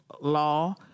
law